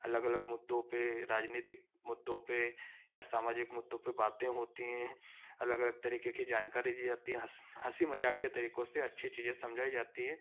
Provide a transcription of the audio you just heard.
अलग अलग मुद्दों पर राजनीतिक मुद्दों पर या सामाजिक मुद्दों पर बातें होती हैं अलग अलग तरीके की जानकारी दी जाती है हँसी मजाक के तरीकों से अच्छी चीजें समझाई जाती हैं